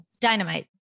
Dynamite